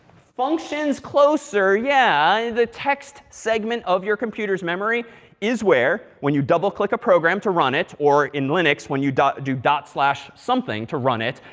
functions, closer. yeah. the text segment of your computer's memory is where, when you double click a program to run it, or in linux, when you do dot flash something, to run it.